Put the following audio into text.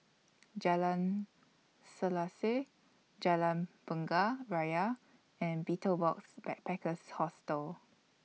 Jalan Selaseh Jalan Bunga Raya and Betel Box Backpackers Hostel